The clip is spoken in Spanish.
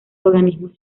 organismos